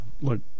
look